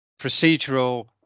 procedural